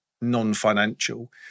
non-financial